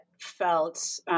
felt